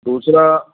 ਦੂਸਰਾ